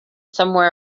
somewhere